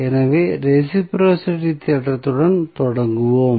எனவே ரெஸிபிரோஸிட்டி தேற்றத்துடன் தொடங்குவோம்